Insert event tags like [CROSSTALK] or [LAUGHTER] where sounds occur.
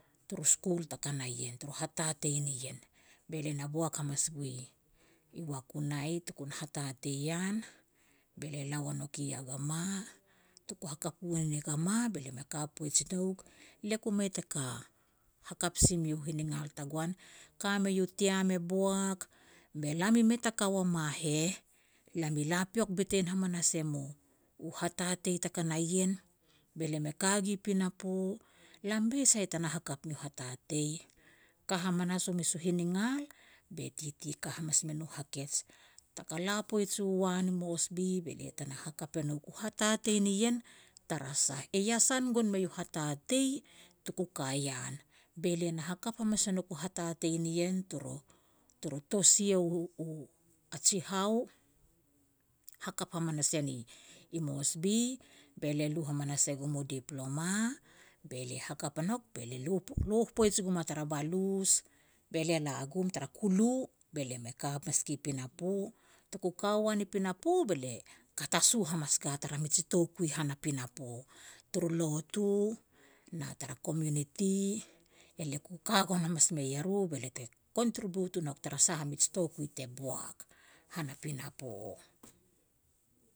turu skul te ka na ien turu hatatei nien, be lia na boak hamas gui Wakunai tuk na hatatei an, be lia la ua nouk i Iagama. Tuk hakap uan i Iagama, be lia me ka poij i nouk. Lia ku mei taka hakap si miu hiningal tagoan. Ka mei u tiam e boak, be lam i mei ta ka ua ma heh. Lam i la piok bitein hamanas em u-u hatatei te ka na ien be lia me ka gi pinapo, lam mei sai tana hakap miu hatatei. Ka hamanas u mes u hiningal, be titi ka hamas me nu hakej, taka la poij u uan i Moresby, be lia te na hakap e nouk u hatatei nien tara sah e iasan gon mei u hatatei tuku ka yan, be lia na hakap hamas e nouk u hatatei nien, turu-turu tosia [HESITATION] a jinou. Hakap hamanas ian i Moresby, be lia lu hamanas e gum u Diploma be lia hakap a nouk, be lia loh poij i gum a tara balus, be lia la gum tara kulu, be lia me ka pas gi pinapo. Tuku ka uan i pinapo, be lia hatasu mas gua tara mij toukui han a pinapo, turu lotu na tara community. Elia ku ka gon hamas mei eru be lia te contribute o nouk tara sah a mij toukui te boak han a pinapo.